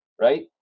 right